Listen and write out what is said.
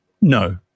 No